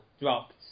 dropped